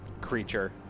creature